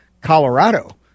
Colorado